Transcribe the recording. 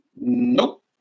Nope